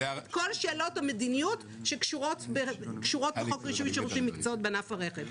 כל שאלות המדיניות שקשורות בחוק רישוי שירותים ומקצועות בענף הרכב.